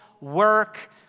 work